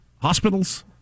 Hospitals